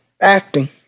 Acting